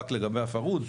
רק לגבי הפרהוד,